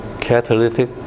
catalytic